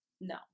No